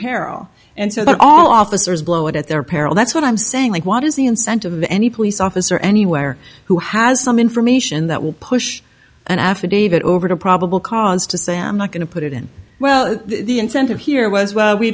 peril and so that all officers blow it at their peril that's what i'm saying like what is the incentive of any police officer anywhere who has some information that will push an affidavit over to probable cause to say i am not going to put it in well the incentive here was well we